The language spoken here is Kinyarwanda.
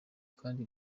kandi